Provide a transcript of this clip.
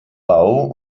bau